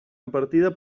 impartida